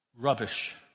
rubbish